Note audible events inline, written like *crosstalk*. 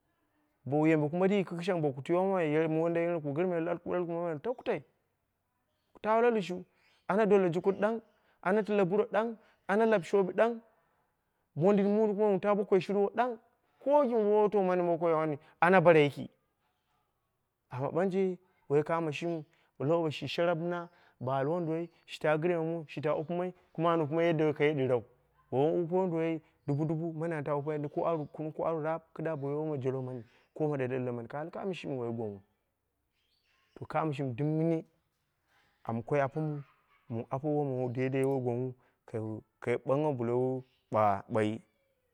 Bowu yanbe kumat kɨkɨshang kun twi womamsi yere mɨ *unintelligible* ku gɨrma armai takutai taa la lushu ana dole jukut ɗang ana tile buro ɗang, ana lab shoowi ɗang, mondin mu taabo koi shurwo ɗang kowa gɨn wutau mani ana bara yiki, amma ɓanje woi kamo shimiu lowo shi sharap mɨna ba al woma mu shita gɨrmai shi wupɨ mai kuma an wupɨmai ki yadda wokai ɗirau wun wupe wonduwoi dubu dubu mani an taa wupɨmai dubu ko aru aru raap kɨdda woma jolo mani ko ɗilaɗɨla mani ku al woiyi shimi woi gwangnghu, bo kamo shimi ɗɨm mɨni am koi daidaiyu kai bangnghawu bɨla wu ɓa ɓoi.